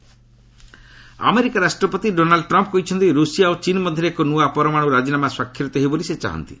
Trump nuclear pact America ରାଷ୍ଟ୍ରପତି Donald Trump କହିଛନ୍ତି ରୁଷିଆ ଓ ଚୀନ୍ ମଧ୍ୟରେ ଏକ ନ୍ତଆ ପରମାଣୁ ରାଜିନାମା ସ୍ୱାକ୍ଷରିତ ହେଉ ବୋଲି ସେ ଚାହାନ୍ତି